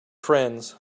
friends